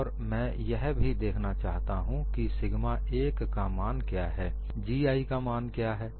और मैं यह भी देखना चाहता हूं कि सिगमा 1 का मान क्या है GI का मान क्या है